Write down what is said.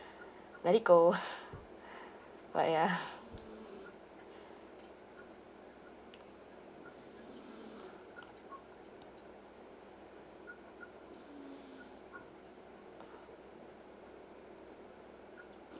let it go but ya